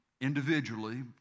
Individually